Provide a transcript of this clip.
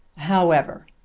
however,